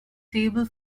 table